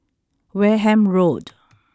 Wareham Road